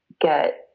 get